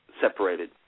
separated